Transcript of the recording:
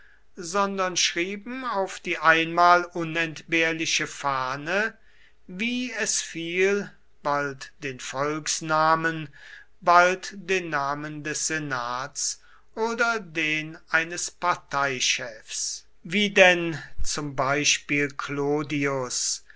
sondern schrieben auf die einmal unentbehrliche fahne wie es fiel bald den volksnamen bald den namen des senats oder den eines parteichefs wie denn zum beispiel clodius